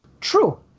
True